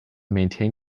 maintain